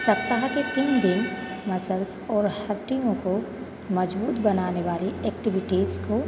सप्ताह के तीन दिन मसल्स और हड्डियों को मजबूत बनाने वाली एक्टिविटीज़ को